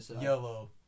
yellow